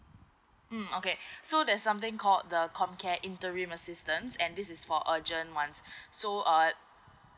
mm okay so there's something called the com care interim assistance and this is for urgent ones so uh